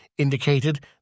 Indicated